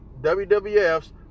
WWFs